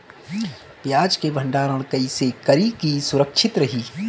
प्याज के भंडारण कइसे करी की सुरक्षित रही?